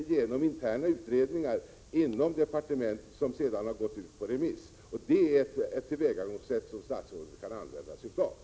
Är det statsrådets uppfattning att de som gömt sig i avvaktan på verkställandet av utvisningsbeslut i stor omfattning till slut får tillstånd att stanna i Sverige?